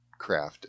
crafted